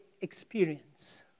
experience